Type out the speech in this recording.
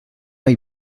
hay